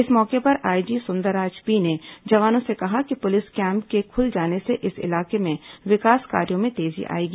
इस मौके पर आईजी सुंदरराज पी ने जवानों से कहा कि पुलिस कैम्प के खुल जाने से इस इलाके में विकास कार्यो में तेजी आएगी